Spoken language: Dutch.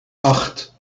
acht